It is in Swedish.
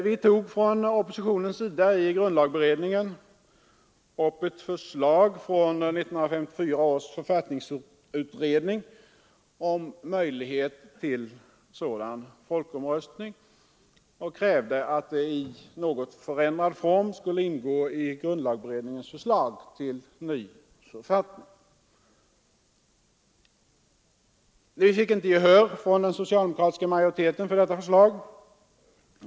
Vi tog från oppositionens sida i grundlagberedningen upp ett förslag från 1954 års författningsutredning om möjlighet till sådan folkomröstning och krävde, att det i något förändrad form skulle ingå i grundlagberedningens förslag till ny författning. Vi fick inte gehör från den socialdemokratiska majoriteten för detta förslag.